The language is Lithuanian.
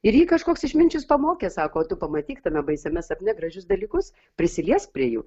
ir jį kažkoks išminčius pamokė sako tu pamatyk tame baisiame sapne gražius dalykus prisilies prie jų